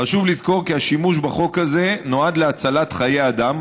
חשוב לזכור כי השימוש בחוק הזה נועד להצלת חיים אדם,